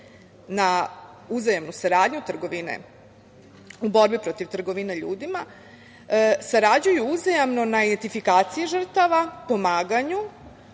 na uzajamnu saradnju u borbi protiv trgovine ljudima, sarađuju uzajamno na identifikaciji žrtava, pomaganju